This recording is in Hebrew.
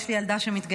נאור.